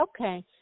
Okay